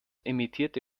emittierte